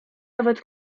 nawet